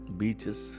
beaches